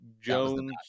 Jones